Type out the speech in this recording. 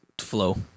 flow